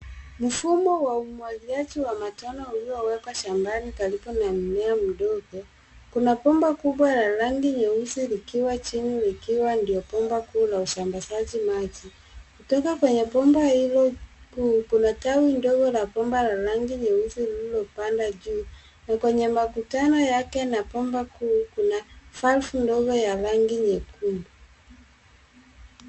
Mfumo wa umwagiliaji wa matone uliowekwa shambani karibu na mmea mdogo. Kuna bomba kubwa la rangi ya nyeusi likiwa chini likiwa ndio bomba kuu la usambazaji maji. Kutoka kwenye bomba hilo kuu, kuna tawi ndogo la bomba la rangi ya nyeusi, lililopanda juu. Na kwenye makutano yake na bomba kuu, kuna valvu ndogo ya rangi nyekundu.